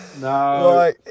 No